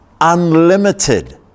unlimited